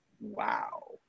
wow